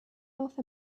north